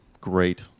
great